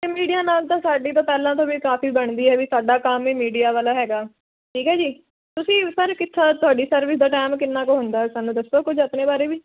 ਅਤੇ ਮੀਡੀਆ ਨਾਲ ਤਾਂ ਸਾਡੀ ਤੋਂ ਪਹਿਲਾਂ ਤੋਂ ਵੀ ਕਾਫੀ ਬਣਦੀ ਹੈ ਵੀ ਸਾਡਾ ਕੰਮ ਹੀ ਮੀਡੀਆ ਵਾਲਾ ਹੈਗਾ ਠੀਕ ਹੈ ਜੀ ਤੁਸੀਂ ਸਰ ਕਿੱਥੇ ਤੁਹਾਡੀ ਸਰਵਿਸ ਦਾ ਟੈਮ ਕਿੰਨਾ ਕੁ ਹੁੰਦਾ ਸਾਨੂੰ ਦੱਸੋ ਕੁਝ ਆਪਣੇ ਬਾਰੇ ਵੀ